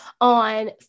on